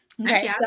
Okay